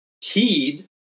heed